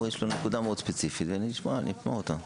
יש לנו נקודה ספציפית מאוד ונשמע אותה.